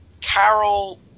Carol